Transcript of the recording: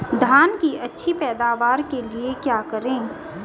धान की अच्छी पैदावार के लिए क्या करें?